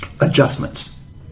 adjustments